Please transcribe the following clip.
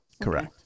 Correct